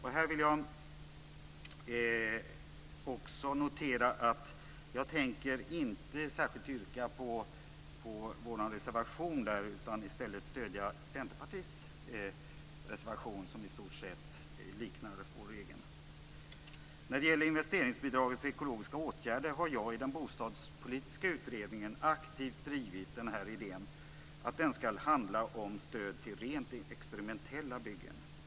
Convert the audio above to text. Här vill jag notera att jag inte tänker göra något särskilt yrkande på vår reservation utan stöder Centerpartiets reservation, som i stort sett liknar vår egen. När det gäller investeringsbidraget för ekologiska åtgärder har jag i den bostadspolitiska utredningen aktivt drivit idén att det skall handla om stöd till rent experimentella byggen.